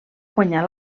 guanyar